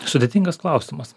sudėtingas klausimas